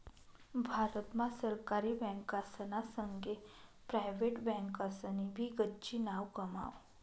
भारत मा सरकारी बँकासना संगे प्रायव्हेट बँकासनी भी गच्ची नाव कमाव